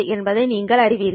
என்பதை நீங்கள் அறிவீர்கள்